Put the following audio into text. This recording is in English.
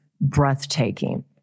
breathtaking